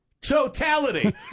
totality